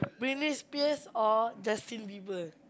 Britney-Spears or Justin-Bieber